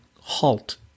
HALT